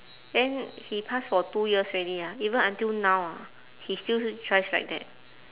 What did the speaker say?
then he pass for two years already ah even until now ah he still drives like that